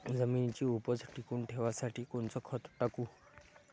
जमिनीची उपज टिकून ठेवासाठी कोनचं खत टाकू?